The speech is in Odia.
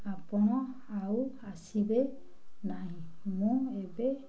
ଆପଣ ଆଉ ଆସିବେ ନାହିଁ ମୁଁ ଏବେ